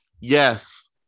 Yes